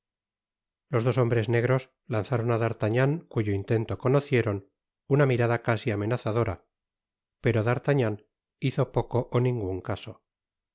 los dos hombres negros lanzaron á d'artagnan cuyo intento conocieron una mirada casi amenazadora pero d'artagnan hizo poco ó ningun caso tal